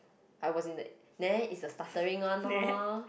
I was in the [neh] is the stuttering one lor